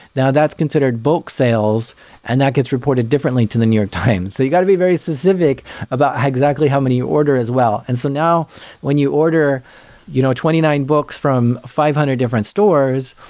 now that's considered bulk sales and that gets reported differently to the new york times. so you got to be very specific about exactly how many order as well. and so now when you order you know twenty nine books from five hundred different stores,